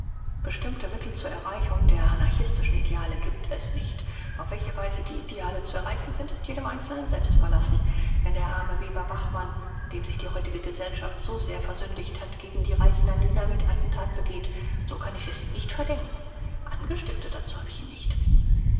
bestimmte mittel zur erreichung der anarchistischen ideale gibt es nicht auf welche weise die ideale zu erreichen sind ist jedem einzelnen selbst überlassen wenn der arme weber bachmann an dem sich die heutige gesellschaft so sehr versündigt hat gegen die reichen ein dynamitattentat begeht so kann ich es ihm nicht verdenken angestiftet dazu habe ich ihn nicht